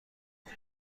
خوب